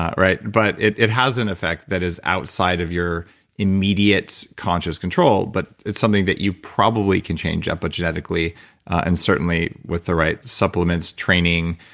um right? but it it has an effect that is outside of our immediate conscious control, but it's something that you probably can change epigenetically and certainly with the right supplements, training,